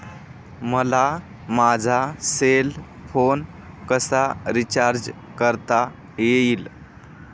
मला माझा cell phone कसा रिचार्ज करता येईल?